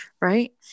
right